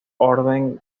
orden